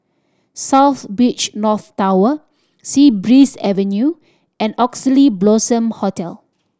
South Beach North Tower Sea Breeze Avenue and Oxley Blossom Hotel